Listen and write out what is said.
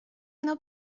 اینا